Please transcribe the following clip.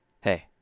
hey